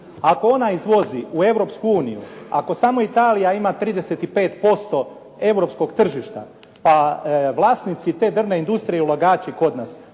Ako ona izvozi u Europsku uniju, ako samo Italija ima 35% europskog tržišta, pa vlasnici te drvne industrije ulagači kod nas